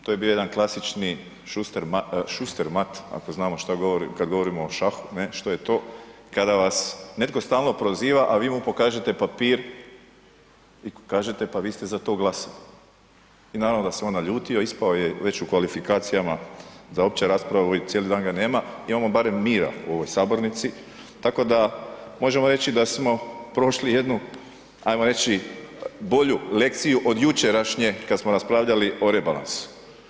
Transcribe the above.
To je bio klasični šuster-mat, ako znamo što govorim, kad govorimo o šahu, ne, što je to, kada vas netko stalno proziva, a vi mu pokažete papir i kažete pa vi ste za to glasali i naravno da se on naljutio, ispao je već u kvalifikacijama za opću raspravu i cijeli dan ga nema, imamo barem mira u ovoj sabornici, tako da možemo reći da smo prošli jednu, hajmo reći bolju lekciju od jučerašnje kad smo raspravljali o rebalansu.